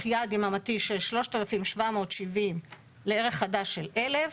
יעד יממתי של 3,770 לערך חדש של 1,000